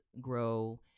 grow